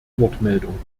wortmeldung